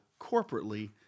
corporately